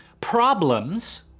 problems